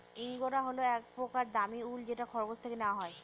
angora হল এক প্রকার দামী উল যেটা খরগোশ থেকে নেওয়া হয়